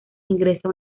ingresa